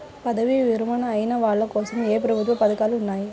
పదవీ విరమణ అయిన వాళ్లకోసం ఏ ప్రభుత్వ పథకాలు ఉన్నాయి?